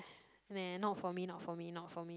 meh not for me not for me not for me